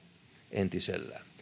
entisellään